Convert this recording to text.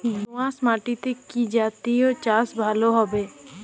দোয়াশ মাটিতে কি জাতীয় চাষ ভালো হবে?